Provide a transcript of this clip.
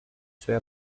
suoi